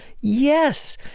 Yes